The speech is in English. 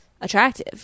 attractive